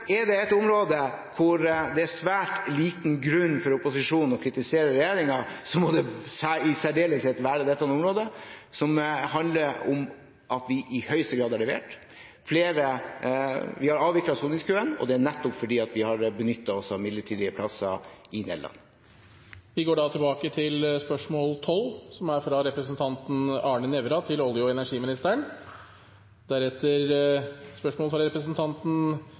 Er det et område hvor det er svært liten grunn for opposisjonen til å kritisere regjeringen, må det i særdeleshet være dette området. Det handler om at vi i høyeste grad har levert. Vi har avviklet soningskøen, og det er nettopp fordi vi har benyttet oss av midlertidige plasser i Nederland. Vi går da tilbake til spørsmål 12, fra representanten Arne Nævra til olje- og energiministeren.